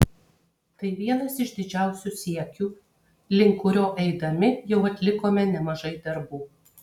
tai vienas iš didžiausių siekių link kurio eidami jau atlikome nemažai darbų